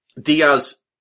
Diaz